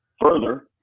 further